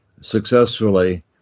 successfully